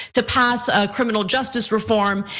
to pass a criminal justice reform.